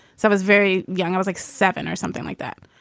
so i was very young i was like seven or something like that.